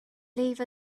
leave